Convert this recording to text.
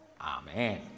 Amen